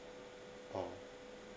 oh